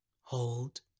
Hold